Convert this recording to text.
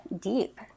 deep